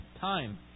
time